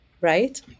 right